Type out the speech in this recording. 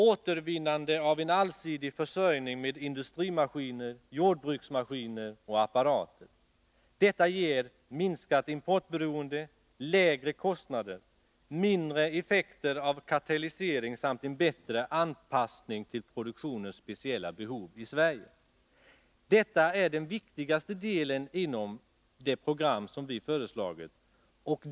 Återvinnande av en allsidig försörjning med industrimaskiner, jordbruksmaskiner och apparater. Detta ger minskat importberoende, lägre kostnader, mindre effekter av kartellisering samt en bättre anpassning till produktionens speciella behov i Sverige. Detta är den viktigaste delen inom det program som vi har föreslagit.